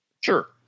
Sure